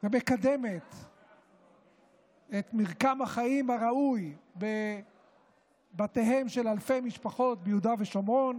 ומקדמת את מרקם החיים הראוי בבתיהם של אלפי משפחות ביהודה ושומרון,